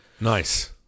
Nice